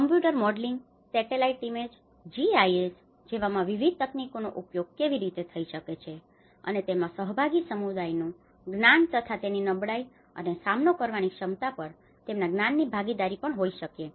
computer modelling satellite image GIS જેવામાં વિવિધ તકનીકોનો ઉપયોગ કેવી રીતે થઈ શકે છે અને તેમાં સહભાગી સમુદાયનું જ્ઞાન તથા તેની નબળાઈ અને સામનો કરવાની ક્ષમતા પરના તેમના જ્ઞાનની ભાગીદારી પણ હોઈ શકે છે